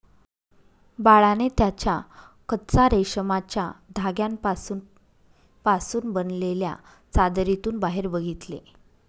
बाळाने त्याच्या कच्चा रेशमाच्या धाग्यांपासून पासून बनलेल्या चादरीतून बाहेर बघितले